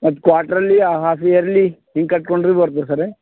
ಮತ್ತೆ ಕ್ವಾಟ್ರಲ್ಲಿ half yearly ಹಿಂಗ್ ಕಟ್ಟಿಕೊಂಡು ಬರ್ಬೋದಾ ಸರ್